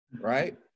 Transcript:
Right